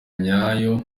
nyayo